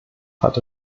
hat